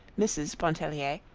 mrs. pontellier,